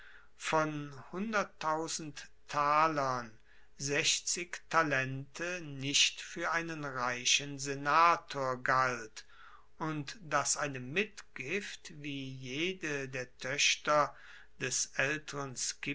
von talern nicht fuer einen reichen senator galt und dass eine mitgift wie jede der toechter des aelteren